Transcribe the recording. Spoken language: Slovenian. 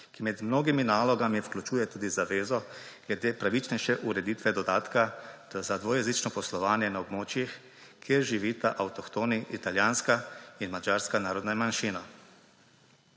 Med mnogimi nalogami vključuje tudi zavezo glede pravičnejše ureditve dodatka za dvojezično poslovanje na območjih, kjer živita avtohtoni italijanska in madžarska narodna manjšina.